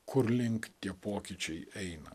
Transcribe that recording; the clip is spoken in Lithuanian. kurlink tie pokyčiai eina